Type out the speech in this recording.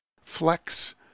Flex